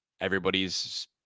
everybody's